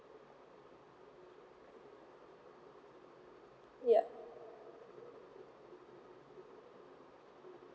yup